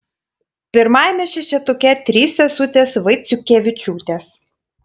pirmajame šešetuke trys sesutės vaiciukevičiūtės